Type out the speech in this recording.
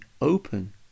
open